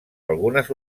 algunes